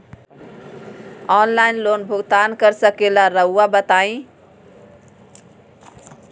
Online loan भुगतान कर सकेला राउआ बताई?